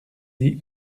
dit